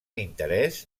interès